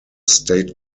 state